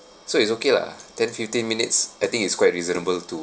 so it's okay lah ten fifteen minutes I think it's quite reasonable to